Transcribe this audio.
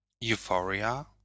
euphoria